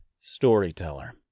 storyteller